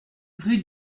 rue